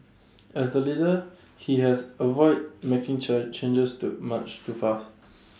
as the leader he has avoid making church changes too much too far